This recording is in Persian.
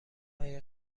هایی